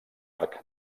arc